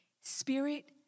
Spirit